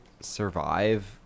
survive